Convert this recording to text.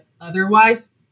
otherwise